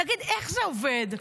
תגיד, איך זה עובד?